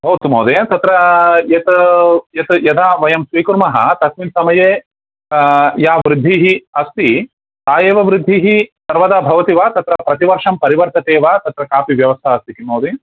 भवतु महोदय तत्र यत् यत् यदा वयं स्वीकुर्मः तस्मिन् समये या वृद्धिः अस्ति सा एव वृद्धिः सर्वदा भवति वा तत् प्रतिवर्षं परिवर्त्यते वा तत्र कापि व्यवस्था अस्ति किम् महोदय